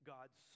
God's